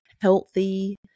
healthy